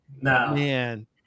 man